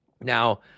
Now